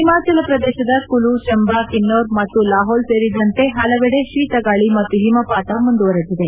ಹಿಮಾಚಲ ಪ್ರದೇಶದ ಕುಲು ಚಂಬಾ ಕಿನ್ನೌರ್ ಮತ್ತು ಲಾಹೋಲ್ ಸೇರಿದಂತೆ ಪಲವೆಡೆ ಶೀತಗಾಳಿ ಮತ್ತು ಹಿಮಪಾತ ಮುಂದುವರಿದಿದೆ